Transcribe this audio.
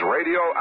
Radio